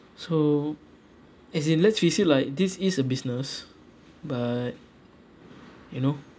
so as in let's face it like this is a business but you know